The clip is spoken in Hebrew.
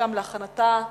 בעד הצביעו 11,